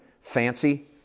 fancy